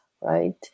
right